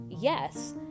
yes